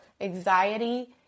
anxiety